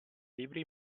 libri